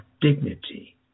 dignity